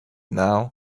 now